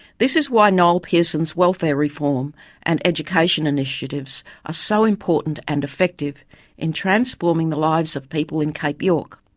this is why noel pearson's welfare reform and education initiatives are so important and effective in transforming the lives of people in cape york.